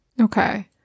Okay